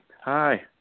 hi